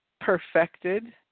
perfected